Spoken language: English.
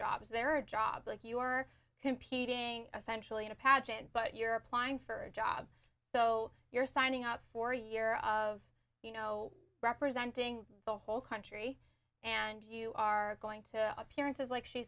jobs there are jobs like you're competing essential in a pageant but you're applying for a job so you're signing up for a year of you know representing the whole country and you are going to appearances like she